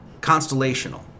constellational